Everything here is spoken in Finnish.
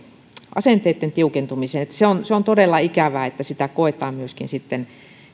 asenteitten tiukentumiseen se on se on todella ikävää että sitä koetaan myöskin sitten